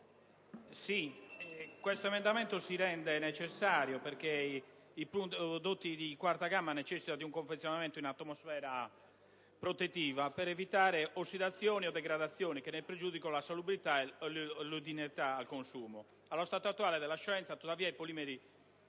L'emendamento 2.100 si rende necessario perché i prodotti di quarta gamma necessitano di un confezionamento in atmosfera protettiva per evitare ossidazioni o degradazioni che ne pregiudichino la salubrità o l'idoneità al consumo. Allo stato attuale della scienza, tuttavia, i polimeri